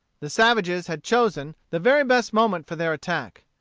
the savages had chosen the very best moment for their attack.